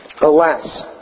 Alas